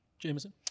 Jameson